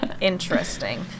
interesting